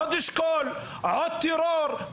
עוד שכול, עוד טרור?